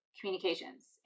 communications